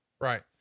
Right